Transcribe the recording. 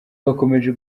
bakomeje